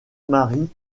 marie